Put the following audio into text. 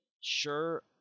sure